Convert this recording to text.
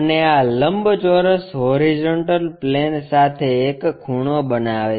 અને આ લંબચોરસ હોરીઝોન્ટલ પ્લેન સાથે એક ખૂણો બનાવે છે